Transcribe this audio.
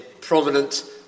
prominent